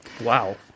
Wow